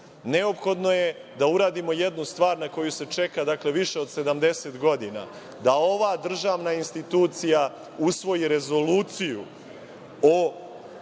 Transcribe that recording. Neophodno je da uradimo jednu stvar na koju se čeka više od 70 godina, a to je da ova državna institucija usvoji rezoluciju o